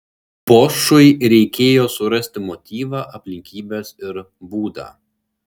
bošui reikėjo surasti motyvą aplinkybes ir būdą